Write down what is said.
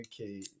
Okay